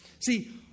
See